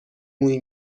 مویی